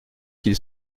qu’il